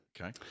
Okay